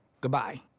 Goodbye